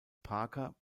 parker